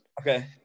Okay